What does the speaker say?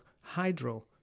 hydro